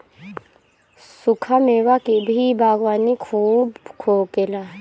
सुखा मेवा के भी बागवानी खूब होखेला